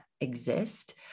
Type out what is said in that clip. exist